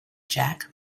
jack